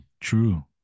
true